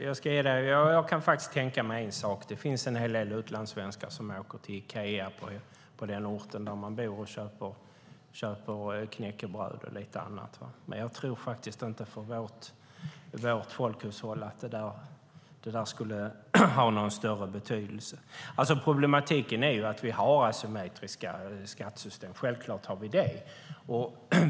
Jag kan faktiskt tänka mig en sak, att det finns en hel del utlandssvenskar som åker till Ikea på den ort där man bor och köper knäckebröd och lite annat, men jag tror inte att det skulle ha någon större betydelse för vårt folkhushåll. Problematiken är att vi har asymmetriska skattesystem - självklart har vi det.